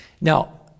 Now